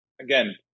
Again